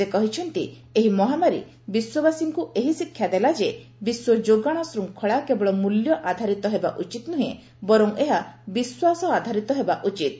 ସେ କହିଛନ୍ତି ଏହି ମହାମାରୀ ବିଶ୍ୱବାସୀଙ୍କୁ ଏହି ଶିକ୍ଷା ଦେଲା ଯେ ବିଶ୍ୱ ଯୋଗାଣ ଶୃଙ୍ଖଳା କେବଳ ମୂଲ୍ୟ ଆଧାରିତ ହେବା ଉଚିତ୍ ନୁହେଁ ବରଂ ଏହା ବିଶ୍ୱାସ ଆଧାରିତ ହେବା ଉଚିତ୍